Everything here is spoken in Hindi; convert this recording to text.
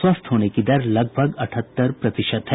स्वस्थ होने की दर लगभग अठहत्तर प्रतिशत है